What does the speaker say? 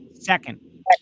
Second